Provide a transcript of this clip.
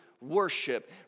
worship